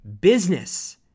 business